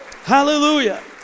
Hallelujah